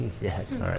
Yes